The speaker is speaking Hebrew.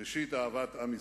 ראשית, אהבת עם ישראל.